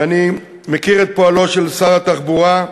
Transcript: אני מכיר את פועלו של שר התחבורה,